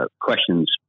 questions